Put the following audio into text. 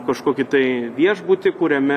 kažkokį tai viešbutį kuriame